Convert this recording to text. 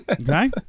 Okay